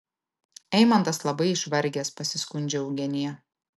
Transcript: eimantas labai išvargęs pasiskundžia eugenija